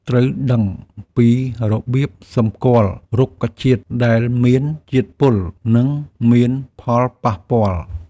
ត្រូវដឹងពីរបៀបសម្គាល់រុក្ខជាតិដែលមានជាតិពល់ នឹងមានផលប៉ះពាល់។